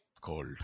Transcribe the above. cold